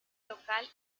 local